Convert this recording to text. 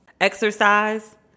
exercise